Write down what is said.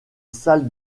salle